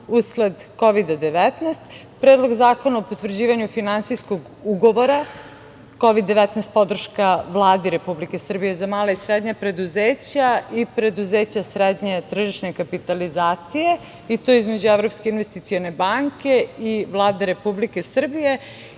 usled Kovida-19, Predlog zakona o potvrđivanju Finansijskog ugovora Kovid-19 podrška Vladi Republike Srbije za mala i srednja preduzeća i preduzeća srednje tržišne kapitalizacije, i to između Evropske investicione banke i Vlade Republike Srbije,